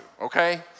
okay